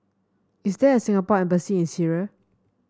is there a Singapore Embassy in Syria